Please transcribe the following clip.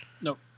Nope